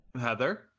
Heather